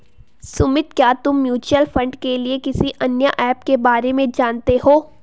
सुमित, क्या तुम mutual fund के लिए किसी अन्य ऐप के बारे में जानते हो?